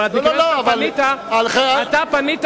אבל מכיוון שפנית אלינו,